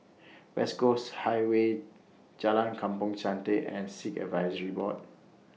West Coast Highway Jalan Kampong Chantek and Sikh Advisory Board